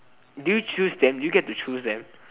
do you choose them do you get to choose them